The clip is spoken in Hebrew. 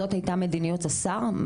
זאת הייתה מדיניות השר?